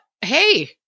Hey